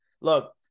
look